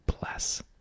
Bless